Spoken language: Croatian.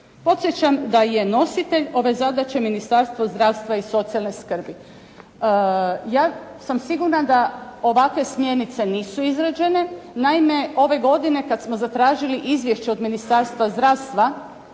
Podsjećam da je nositelj ove zadaće Ministarstvo zdravstva i socijalne skrbi. Ja sam sigurna da ovakve smjernice nisu izrađene. Naime, ove godine kad smo zatražili izvješće od Ministarstva zdravstva